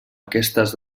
aquestes